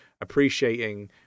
appreciating